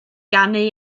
ganu